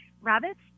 rabbits